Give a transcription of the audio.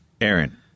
Aaron